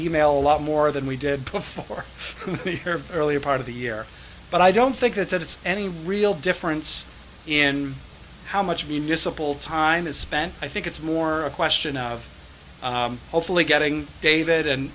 e mail lot more than we did before her earlier part of the year but i don't think that it's any real difference in how much municipal time is spent i think it's more a question of hopefully getting david and